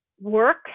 Work